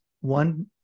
one